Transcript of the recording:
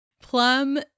Plum